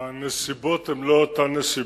הנסיבות הן לא אותן נסיבות.